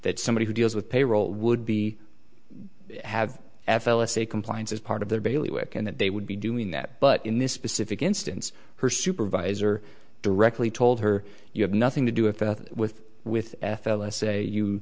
that somebody who deals with payroll would be have f l s a compliance as part of their daily work and that they would be doing that but in this specific instance her supervisor directly told her you have nothing to do with that with with f l s a you